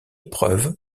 preuve